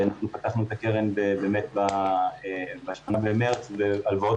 פתחנו את הקרן ב- 8 במרץ והלוואות